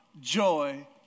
joy